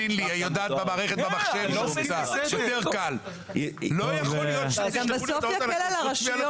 בסוף זה גם יקל על הרשויות.